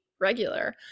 Regular